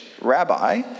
rabbi